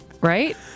Right